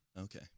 Okay